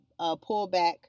pullback